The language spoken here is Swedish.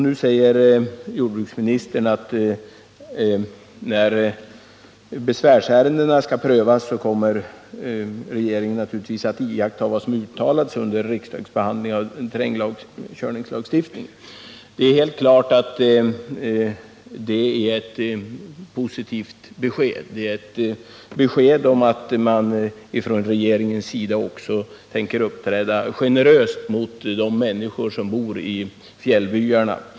Nu säger jordbruksministern att när besvärsärendena skall prövas kommer regeringen naturligtvis att iaktta vad som har uttalats under riksdagsbehandlingen av terrängkörningslagstift 39 ningen. Det är ett positivt besked, och det är ett besked om att man från regeringens sida också tänker uppträda generöst mot de människor som bor i fjällbyarna.